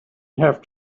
have